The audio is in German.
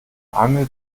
angel